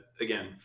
again